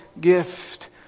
gift